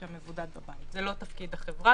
זה לא תפקיד החברה,